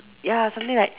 ya something like